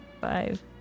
five